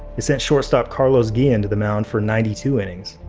it sent shortstop, carlos guillen to the mound for ninety two innings.